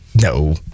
No